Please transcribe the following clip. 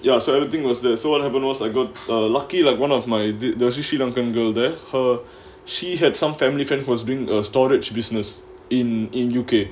ya so everything was there so what happened was I got lucky like one of my there's usually duncan go there her she had some family friend who was being a storage business in in U_K